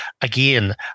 again